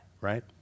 right